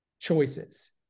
choices